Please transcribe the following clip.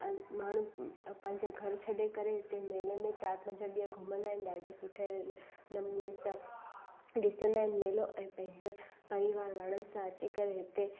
माण्हू पंहिंजो घर छॾे करे हिते मेले में चारि पंज ॾींहं घुमंदा आहिनि ॾाढे सुठे नमूने सां ॾिसंदा आहिनि मेलो ऐं पंहिंजे परिवार वारनि सां अची करे हिते